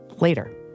later